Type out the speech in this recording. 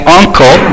uncle